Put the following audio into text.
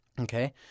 Okay